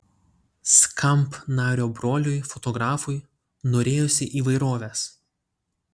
skamp nario broliui fotografui norėjosi įvairovės